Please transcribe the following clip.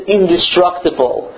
indestructible